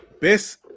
best